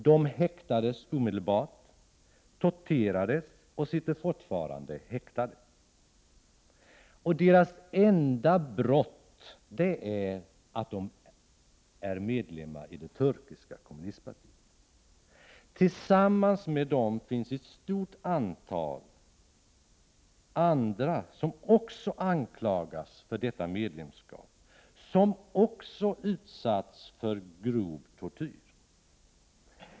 De häktades omedelbart, torterades och sitter fortfarande häktade. Deras enda brott är att de är medlemmar i det turkiska kommunistpartiet. Ett stort antal andra anklagas också för detta medlemskap och har även utsatts för grov tortyr.